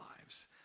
lives